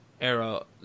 Arrow